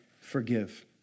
Forgive